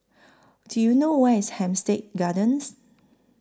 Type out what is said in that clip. Do YOU know Where IS Hampstead Gardens